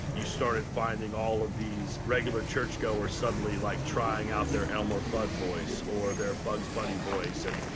you started finding all of these regular churchgoers, suddenly, like, trying out their elmer fudd voice, or their bugs bunny voice. and,